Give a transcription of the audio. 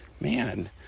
man